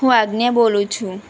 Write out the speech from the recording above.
હું આજ્ઞા બોલું છું